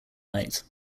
light